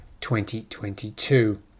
2022